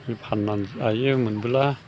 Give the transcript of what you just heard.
बे फान्ना जायो मोनबोला